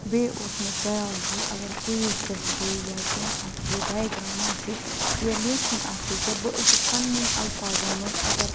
بیٚیہِ اوٗس مےٚ بَیالجی اَگَر کویِز گَژھہِ ہا یا کیٚنٛہہ آسہِ ہا ڈایگرام آسہِ ہا یا لیکھُن آسہِ ہا کیٚنٛہہ بہٕ ٲسٕس پَننیٚن الفاظن منٛز اگر